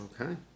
Okay